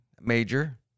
major